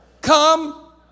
come